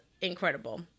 incredible